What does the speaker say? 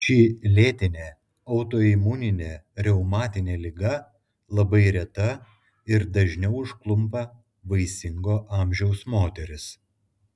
ši lėtinė autoimuninė reumatinė liga labai reta ir dažniau užklumpa vaisingo amžiaus moteris